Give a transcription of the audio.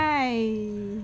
why